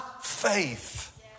faith